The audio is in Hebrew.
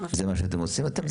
זה מה שאתם עושים.